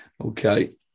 Okay